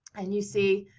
and you see,